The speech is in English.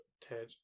TED